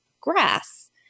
grass